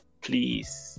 please